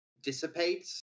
dissipates